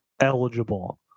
eligible